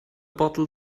bottle